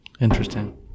Interesting